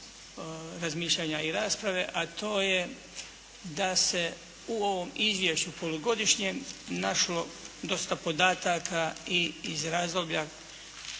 razmišljanja i rasprave a to je da se u ovom Izvješću polugodišnjem našlo dosta podataka i iz razdoblja